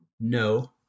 No